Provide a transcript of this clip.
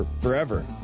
forever